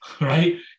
right